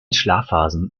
schlafphasen